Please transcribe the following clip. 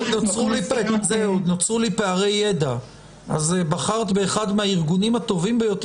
פנינו ביחד עם האגודה לזכויות